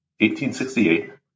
1868